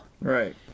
Right